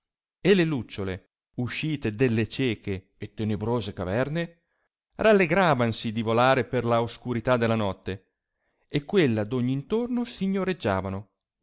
e le lucciole uscite delle cieche e tenebrose caverne rallegravansi di volare per la oscurità della notte e quella d ogni intorno signoreggiavano